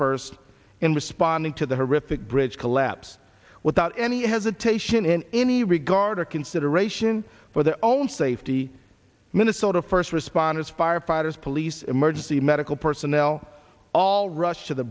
first in responding to the horrific bridge collapse without any hesitation in any regard or consideration for their own safety minnesota first responders firefighters police emergency medical personnel all rushed to the